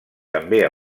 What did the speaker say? també